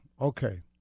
Okay